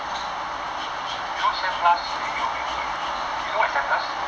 you know sand blast 也有 make it you know what is sand blast